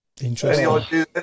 Interesting